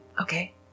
Okay